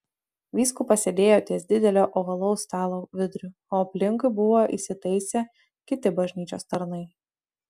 vyskupas sėdėjo ties didelio ovalaus stalo viduriu o aplinkui buvo įsitaisę kiti bažnyčios tarnai